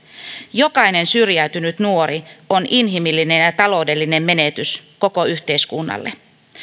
jokainen syrjäytynyt nuori on inhimillinen ja taloudellinen menetys koko yhteiskunnalle